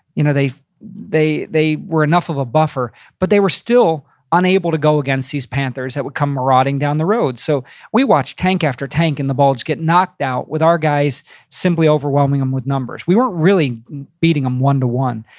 you know they they were enough of a buffer, but they were still unable to go against these panthers that would come marauding down the road. so we watched tank after tank in the bulge get knocked out with our guys simply overwhelming them with numbers. we weren't really beating them one to one.